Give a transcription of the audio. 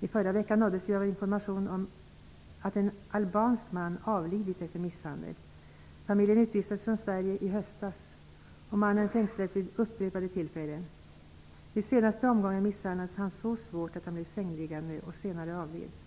I förra veckan nåddes vi av information att en albansk man avlidit efter misshandel. Familjen utvisades från Sverige i höstas. Mannen fängslades vid upprepade tillfällen. Vid senaste omgången misshandlades han så svårt att han blev sängliggande och senare avled.